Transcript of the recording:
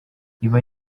iba